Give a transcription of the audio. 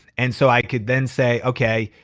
and so i could then say, okay,